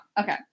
okay